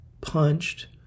punched